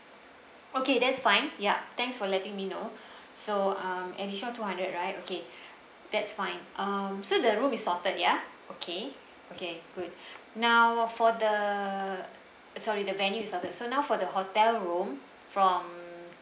okay that's fine ya thanks for letting me know so um an extra two hundred right okay that's fine um so the room is sorted ya okay okay good now for the sorry the venue is sorted now for the hotel room from